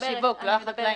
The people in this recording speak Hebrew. רשתות השיווק, לא החקלאים.